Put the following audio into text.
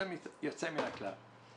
יוצא מן הכלל.